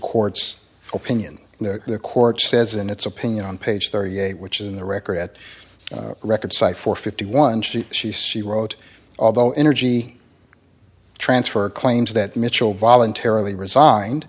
court's opinion the the court says in its opinion on page thirty eight which is in the record at record site for fifty one she she says she wrote although energy transfer claims that mitchell voluntarily resigned